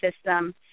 system